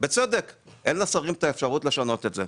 בצדק; אין לשרים את האפשרות לשנות את זה.